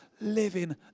living